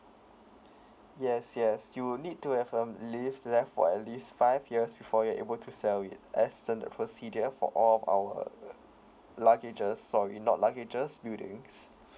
yes yes you will need to have um lease to left for at least five years before you're able to sell it as standard procedure for all of our luggages sorry not luggages buildings